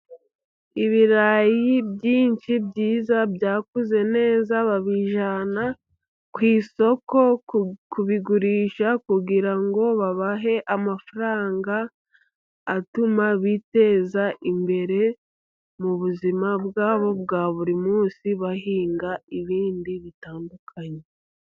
Ibirayi byinshi, byiza, byakuze neza, babijyana ku isoko kubigurisha kugirango babahe amafaranga, atuma biteza imbere mu buzima bwabo bwa buri munsi bahinga ibindi bitandukanye.